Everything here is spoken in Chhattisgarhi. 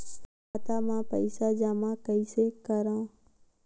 खाता म पईसा जमा कइसे करव?